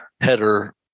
header